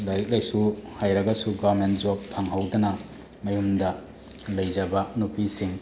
ꯂꯥꯏꯔꯤꯛ ꯂꯥꯏꯁꯨ ꯍꯩꯔꯒꯁꯨ ꯒꯣꯔꯃꯦꯟ ꯖꯣꯕ ꯐꯪꯍꯧꯗꯅ ꯃꯌꯨꯝꯗ ꯂꯩꯖꯕ ꯅꯨꯄꯤꯁꯤꯡ